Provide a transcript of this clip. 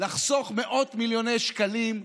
לחסוך מאות מיליוני שקלים,